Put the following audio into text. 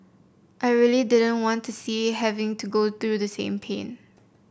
I really didn't want to see having to go through the same pain